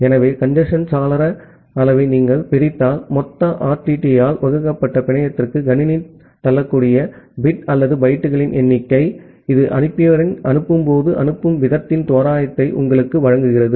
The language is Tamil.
ஆகவே கஞ்சேஸ்ன் சாளர அளவை நீங்கள் பிரித்தால் மொத்த RTTயால் வகுக்கப்பட்ட பிணையத்திற்கு கணினி தள்ளக்கூடிய பிட் அல்லது பைட்டுகளின் எண்ணிக்கை இது அனுப்பியவர் அனுப்பும் போது அனுப்பும் வீதத்தின் தோராயத்தை உங்களுக்கு வழங்குகிறது